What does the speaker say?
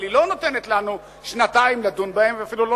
אבל היא לא נותנת לנו שנתיים לדון בהן ואפילו לא